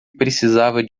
precisava